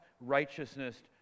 righteousness